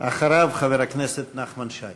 אחריו, חבר הכנסת נחמן שי.